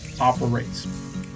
operates